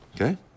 Okay